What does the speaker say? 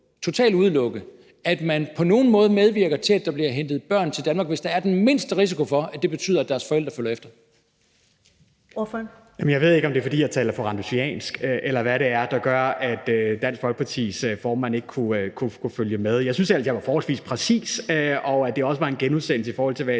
at man på nogen måde medvirker til, at der bliver hentet børn til Danmark, hvis der er den mindste risiko for, at det betyder, at deres forældre følger efter? Kl. 14:08 Første næstformand (Karen Ellemann): Ordføreren. Kl. 14:08 Michael Aastrup Jensen (V): Jamen jeg ved ikke, om det er, fordi jeg taler for randrusiansk, eller hvad det er, der gør, at Dansk Folkepartis formand ikke kunne følge med. Jeg synes ellers, jeg var forholdsvis præcis, og at det også var en genudsendelse i forhold til hvad